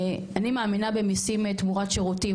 אני מאמינה במיסים תמורת שירותים,